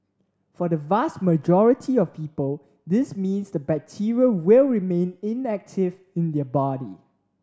for the vast majority of people this means the bacteria will remain inactive in their body